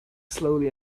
slowly